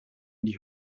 die